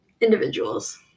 Individuals